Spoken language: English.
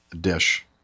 dish